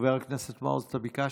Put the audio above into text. חבר הכנסת מעוז, אתה ביקשת?